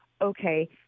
okay